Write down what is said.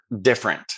different